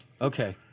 okay